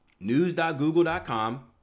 News.google.com